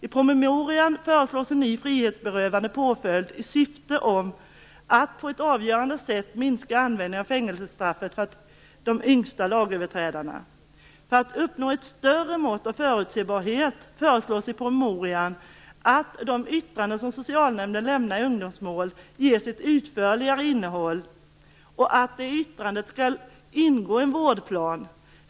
I promemorian föreslås också en ny frihetsberövande påföljd i syfte att på ett avgörande sätt minska användningen av fängelsestraffet för de yngsta lagöverträdarna. För att uppnå ett större mått av förutsebarhet föreslås i promemorian att de yttranden som socialnämnden lämnar i ungdomsmål ges ett utförligare innehåll och att det i yttrandet skall ingå en vårdplan.